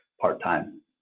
part-time